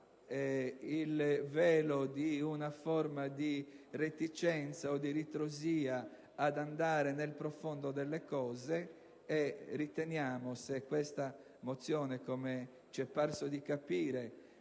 il velo di una forma di reticenza o di ritrosia ad andare nel profondo delle cose, e riteniamo, se questa mozione verrà approvata